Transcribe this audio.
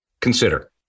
Consider